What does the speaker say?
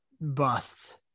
busts